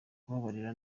kubabarira